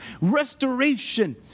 restoration